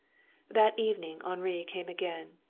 that evening henri came again.